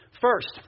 First